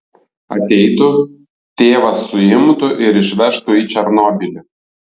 ateitų tėvas suimtų ir išvežtų į černobylį